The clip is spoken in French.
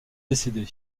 décédé